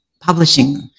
publishing